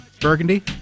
Burgundy